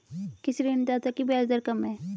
किस ऋणदाता की ब्याज दर कम है?